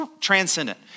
transcendent